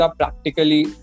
practically